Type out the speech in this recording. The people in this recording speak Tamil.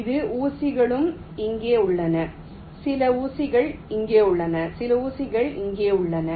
இது சில ஊசிகளும் இங்கே உள்ளன சில ஊசிகளும் இங்கே உள்ளன சில ஊசிகளும் இங்கே உள்ளன